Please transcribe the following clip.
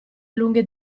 lunghe